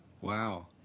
Wow